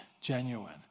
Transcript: genuine